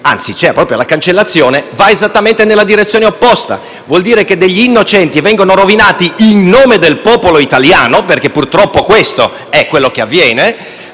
se non addirittura di diritto - va esattamente nella direzione opposta. Vuol dire che degli innocenti vengono rovinati in nome del popolo italiano, perché purtroppo questo è quello che avviene;